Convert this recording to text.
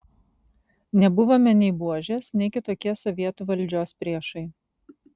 nebuvome nei buožės nei kitokie sovietų valdžios priešai